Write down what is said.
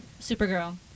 Supergirl